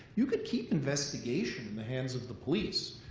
you could keep investigation in the hands of the police.